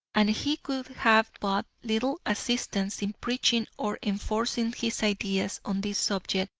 and he could have but little assistance in preaching or enforcing his ideas on this subject,